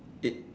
it